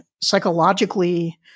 psychologically